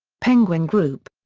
penguin group.